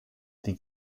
die